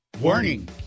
Warning